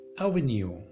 avenue